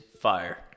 Fire